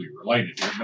related